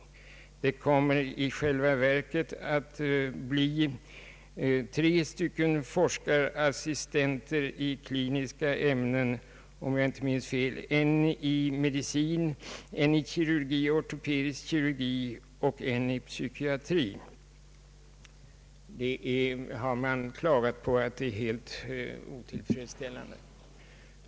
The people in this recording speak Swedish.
Det kommer i själva verket att bli tre forskarassistenttjänster i kliniska ämnen — en i medicin, en i kirurgi och ortopedisk kirurgi och en i psykiatri, om jag inte minns fel. Man har klagat på att detta är helt otillfredsställande.